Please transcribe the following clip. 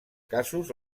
casos